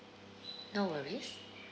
no worries